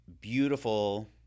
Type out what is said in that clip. beautiful